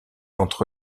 entre